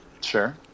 Sure